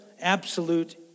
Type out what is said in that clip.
absolute